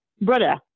brother